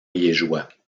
liégeois